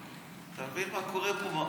אתה מבין מה קורה פה?